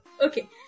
Okay